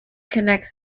connects